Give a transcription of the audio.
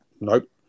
Nope